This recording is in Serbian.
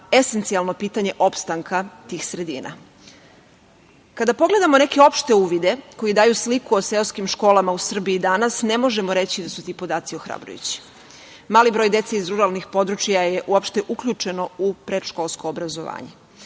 esencijalno pitanje opstanka tih sredina. Kada pogledamo neke opšte uvide koji daju sliku o seoskim školama u Srbiji danas, ne možemo reći da su ti podaci ohrabrujući. Mali broj dece iz ruralnih područja je uopšte uključeno u predškolsko obrazovanje,